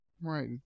Right